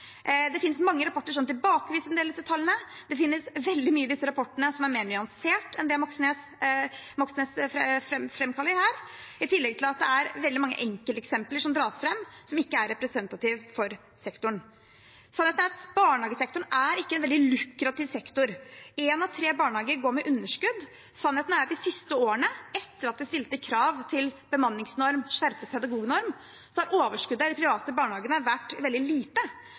Det finnes mange rapporter som tilbakeviser en del av disse tallene. Det finnes veldig mye i disse rapportene som er mer nyansert enn det Moxnes framfører her – i tillegg til at det er veldig mange enkelteksempler som dras fram, som ikke er representative for sektoren. Sannheten er at barnehagesektoren er ikke en veldig lukrativ sektor. Én av tre barnehager går med underskudd. Sannheten er at de siste årene, etter at vi stilte krav til bemanningsnorm og skjerpet pedagognormen, har overskuddet i de private barnehagene vært veldig lite.